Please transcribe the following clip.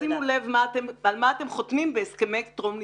תשימו לב על מה אתם חותמים בהסכמי טרום נישואין,